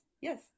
Yes